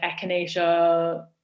echinacea